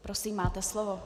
Prosím máte slovo.